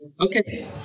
Okay